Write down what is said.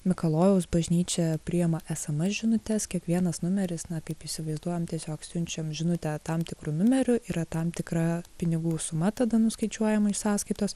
mikalojaus bažnyčia priima sms žinutes kiekvienas numeris na kaip įsivaizduojam tiesiog siunčiam žinutę tam tikru numeriu yra tam tikra pinigų suma tada nuskaičiuojama iš sąskaitos